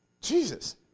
Jesus